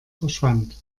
verschwand